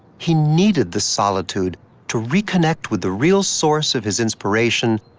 he needed the solitude to reconnect with the real source of his inspiration,